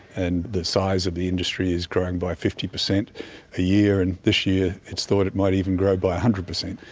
and the size of the industry is growing by fifty percent a year, and this year it's thought it might even grow by one hundred percent.